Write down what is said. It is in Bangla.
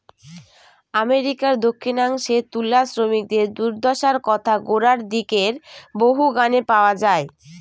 আমেরিকার দক্ষিনাংশে তুলা শ্রমিকদের দূর্দশার কথা গোড়ার দিকের বহু গানে পাওয়া যায়